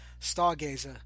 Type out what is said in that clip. Stargazer